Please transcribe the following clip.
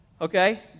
Okay